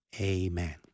Amen